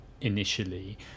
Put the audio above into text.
initially